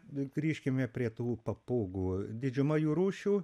grįžkime prie tų papūgų didžiuma jų rūšių